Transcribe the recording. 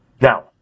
Now